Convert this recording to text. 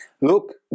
look